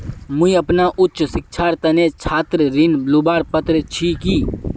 मुई अपना उच्च शिक्षार तने छात्र ऋण लुबार पत्र छि कि?